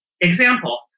Example